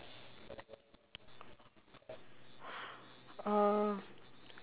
uh